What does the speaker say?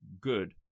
good